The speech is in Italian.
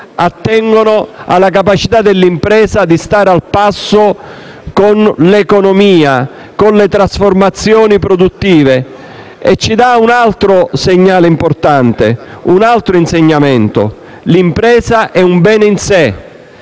attengono alla capacità dell'impresa di stare al passo con l'economia e le trasformazioni produttive. Ci dà anche un altro segnale importante e un altro insegnamento: l'impresa è un bene in sé.